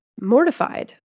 mortified